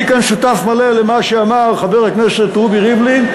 אני כאן שותף מלא למה שאמר חבר הכנסת רובי ריבלין,